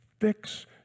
Fix